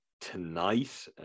tonight